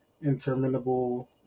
interminable